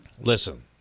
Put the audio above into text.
Listen